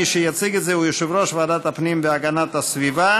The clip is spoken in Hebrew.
מי שיציג את זה הוא יושב-ראש ועדת הפנים והגנת הסביבה